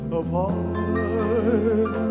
apart